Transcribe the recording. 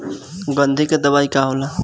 गंधी के दवाई का होला?